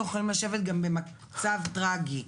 והיינו יכולים לשבת גם במצב טרגי.